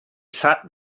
sat